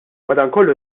madankollu